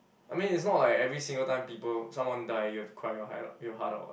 I mean it's not like every single time people someone died you have to cry your heart out your heart out [what]